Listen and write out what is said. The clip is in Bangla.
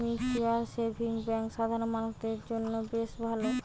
মিউচুয়াল সেভিংস বেঙ্ক সাধারণ মানুষদের জন্য বেশ ভালো